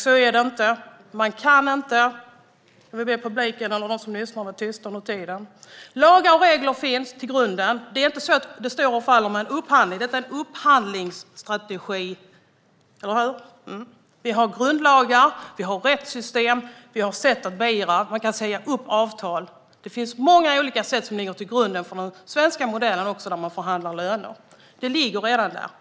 Så är det inte. Lagar och regler finns i grunden. Det är inte så att det står och faller med en upphandling. Detta är en upphandlingsstrategi. Vi har grundlagar, vi har rättssystem, vi har sätt att beivra. Man kan säga upp avtal. Det finns många olika sätt som ligger till grund för den svenska modellen också när man förhandlar löner. Det ligger redan där.